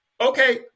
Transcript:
okay